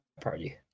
party